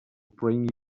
bring